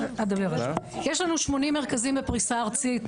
יש לנו שמונים מרכזים בפריסה ארצית,